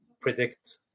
predict